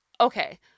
okay